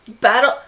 Battle